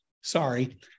sorry